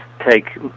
take